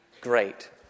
great